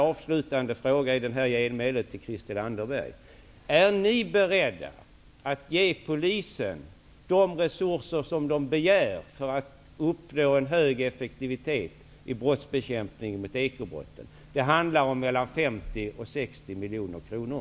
Anderberg: Är ni beredda att ge Polisen de resurser som man begär för att uppnå en hög effektivitet i bekämpning av ekobrotten? Det handlar om mellan 50 och 60 miljoner kronor.